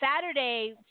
saturday